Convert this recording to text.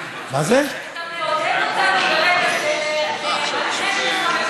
אתה מעודד אותנו ברגע זה לנדנד לך, מצוין.